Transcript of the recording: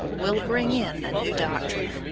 will bring in a new doctrine.